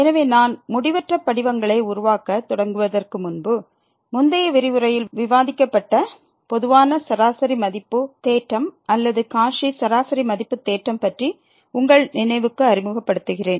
எனவே நான் முடிவற்ற படிவங்களை உருவாக்கத் தொடங்குவதற்கு முன்பு முந்தைய விரிவுரையில் விவாதிக்கப்பட்ட பொதுவான சராசரி மதிப்பு தேற்றம் அல்லது காச்சி சராசரி மதிப்பு தேற்றம் பற்றிஉங்கள் நினைவுக்கு அறிமுகப்படுத்துகிறேன்